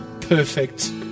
perfect